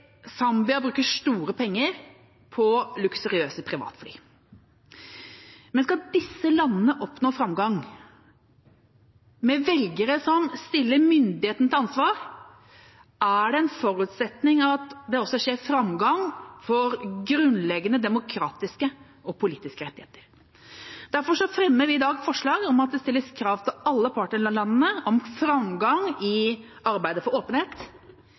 Zambia bruker store penger på luksuriøse privatfly. Skal disse landene oppnå framgang, med velgere som stiller myndighetene til ansvar, er det en forutsetning at det også skjer framgang for grunnleggende demokratiske og politiske rettigheter. Derfor fremmer vi i dag forslag om at det stilles krav til alle partnerlandene om framgang i arbeidet for åpenhet,